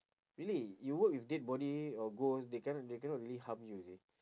really you work with dead body or ghost they cannot they cannot really harm you you see